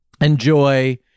enjoy